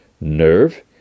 Nerve